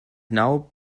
now